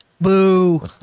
Boo